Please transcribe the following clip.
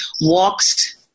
walks –